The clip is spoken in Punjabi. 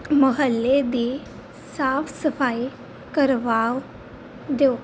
ਮੁਹੱਲੇ ਦੀ ਸਾਫ਼ ਸਫਾਈ ਕਰਵਾ ਦਿਓ